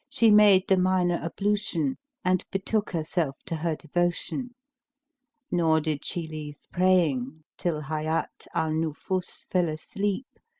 she made the minor ablution and betook herself to her devotions nor did she leave praying till hayat al-nufus fell asleep,